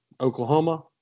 Oklahoma